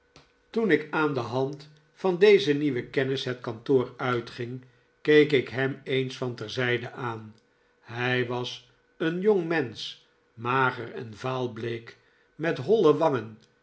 toen ik aan de hand van deze nieuwe kennis het kantoor uitging keek ik hem eens van terzijde aan hij was een jongmensch mager en vaalbleek met holle wangen